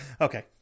okay